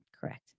Correct